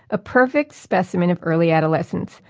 a perfect specimen of early adolescence,